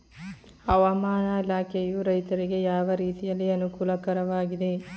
ಹವಾಮಾನ ಇಲಾಖೆಯು ರೈತರಿಗೆ ಯಾವ ರೀತಿಯಲ್ಲಿ ಅನುಕೂಲಕರವಾಗಿದೆ?